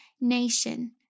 nation